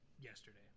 yesterday